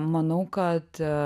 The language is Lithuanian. manau kad